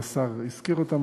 השר הזכיר אותן,